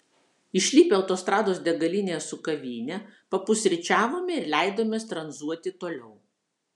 išlipę autostrados degalinėje su kavine papusryčiavome ir leidomės tranzuoti toliau